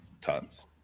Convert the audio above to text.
tons